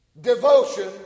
Devotion